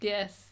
Yes